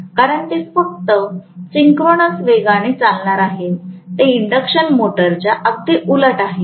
कारण ते फक्त सिंक्रोनस वेगाने चालणार आहे ते इंडक्शन मशीनच्या अगदी उलट आहे